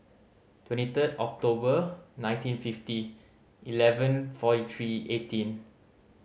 twenty third October nineteen fifty eleven forty three eighteen